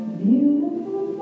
beautiful